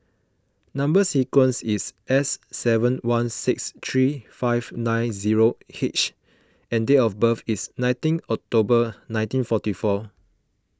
Number Sequence is S seven one six three five nine zero H and date of birth is nineteen October nineteen forty four